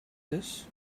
this